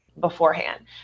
beforehand